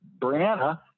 Brianna